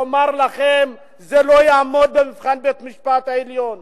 הוא יאמר לכם: זה לא יעמוד במבחן בית-המשפט העליון.